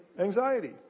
anxiety